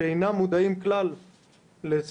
שאינם מודעים כלל לסביבתם,